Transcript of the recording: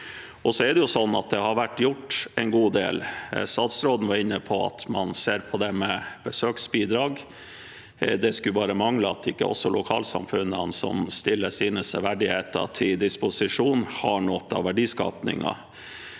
Statsråden var inne på at man ser på det med besøksbidrag. Det skulle bare mangle om ikke også lokalsamfunnene som stiller sine severdigheter til disposisjon, får noe av verdiskapingen.